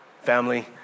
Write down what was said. Family